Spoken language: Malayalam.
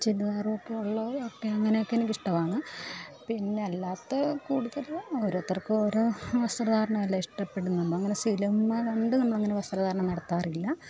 ചുരിദാറും ഒക്കെയുള്ളത് ഒക്കെയങ്ങനെയൊക്കെ എനിക്കിഷ്ടമാണ് പിന്നെയല്ലാത്ത കൂടുതലും ഓരോരുത്തർക്കും ഓരോ വസ്ത്രധാരണമല്ലേ ഇഷ്ടപ്പെടുന്നത് അങ്ങനെ സിനിമ കണ്ട് നമ്മളങ്ങനെ വസ്ത്രധാരണം നടത്താറില്ല